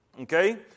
Okay